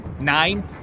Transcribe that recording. Nine